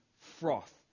froth